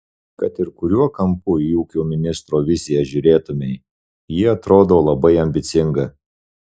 kad ir kuriuo kampu į ūkio ministro viziją žiūrėtumei ji atrodo labai ambicinga